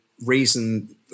reason